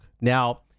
Now